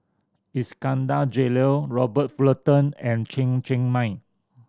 Iskandar Jalil Robert Fullerton and Chen Cheng Mei